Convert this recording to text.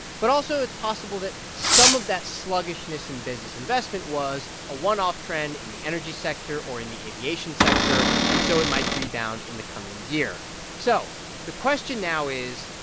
but also, it's possible that some of that sluggishness in business investment was a one-off trend in the energy sector or in the aviation sector, and so it might rebound in the coming year so the question now is,